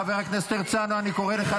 חבר הכנסת פורר,